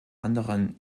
anderen